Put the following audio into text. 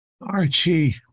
Archie